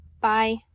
Bye